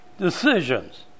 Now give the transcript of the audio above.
decisions